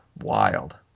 wild